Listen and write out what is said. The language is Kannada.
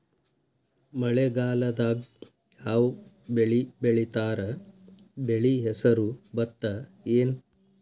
ಮಳೆಗಾಲದಾಗ್ ಯಾವ್ ಬೆಳಿ ಬೆಳಿತಾರ, ಬೆಳಿ ಹೆಸರು ಭತ್ತ ಏನ್?